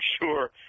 sure